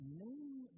name